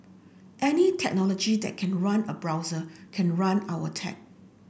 any technology that can run a browser can run our tech